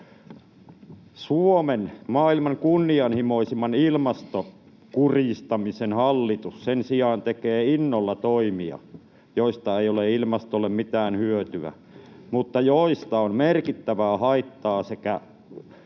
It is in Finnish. maailman kunnianhimoisimman ilmastokurjistamisen hallitus, sen sijaan tekee innolla toimia, joista ei ole ilmastolle mitään hyötyä mutta joista on merkittävää haittaa sekä